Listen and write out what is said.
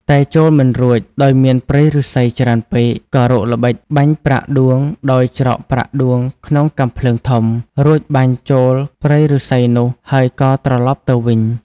តែចូលមិនរួចដោយមានព្រៃឫស្សីច្រើនពេក ក៏រកល្បិចបាញ់ប្រាក់ដួងដោយច្រកប្រាក់ដួងក្នុងកាំភ្លើងធំ រួចបាញ់ចូលព្រៃឫស្សីនោះហើយក៏ត្រឡប់ទៅវិញ។